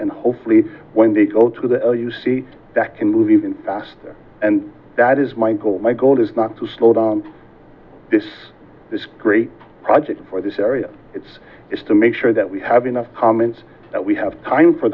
and hopefully when they go to the you see that can move even faster and that is my goal my goal is not to slow down this this great project for this area it's just to make sure that we have enough comments that we have time for